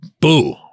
boo